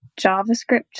javascript